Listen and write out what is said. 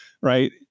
right